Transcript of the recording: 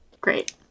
Great